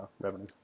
revenue